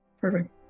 Perfect